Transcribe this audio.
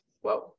whoa